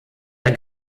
der